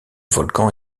volcan